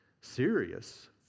serious